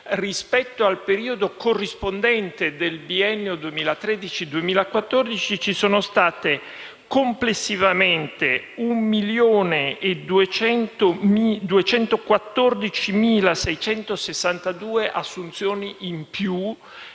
rispetto al periodo corrispondente del biennio 2013-2014, ci sono state complessivamente 1.214.662 assunzioni in più.